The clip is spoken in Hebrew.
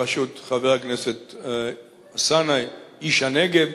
בראשות חבר הכנסת אלסאנע, איש הנגב,